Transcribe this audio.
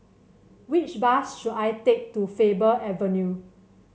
which bus should I take to Faber Avenue